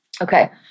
Okay